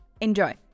Enjoy